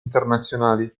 internazionali